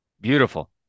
Beautiful